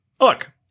look